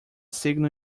signal